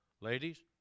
Ladies